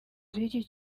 z’iki